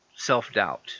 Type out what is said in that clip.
Self-doubt